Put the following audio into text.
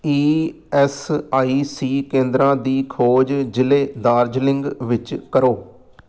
E S I C ਕੇਂਦਰਾਂ ਦੀ ਖੋਜ ਜ਼ਿਲ੍ਹੇ ਦਾਰਜੀਲਿੰਗ ਵਿੱਚ ਕਰੋ